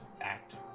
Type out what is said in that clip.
act